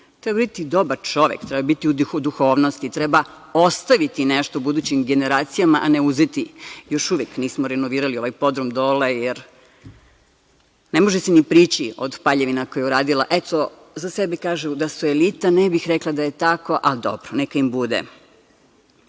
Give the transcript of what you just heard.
Treba biti dobar čovek, treba biti u duhovnosti, treba ostaviti nešto budućim generacija, a ne uzeti. Još uvek nismo renovirali ovaj podrum dole, jer ne može se ni prići od paljevina koju je uradila. Eto, za sebe kažu da su elita. Ne bih rekla da je tako, ali dobro, neka im bude. Kada